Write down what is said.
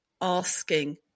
asking